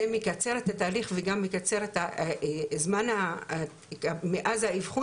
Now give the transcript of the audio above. זה מקצר את התהליך וגם מקצר את הזמן מאז האבחון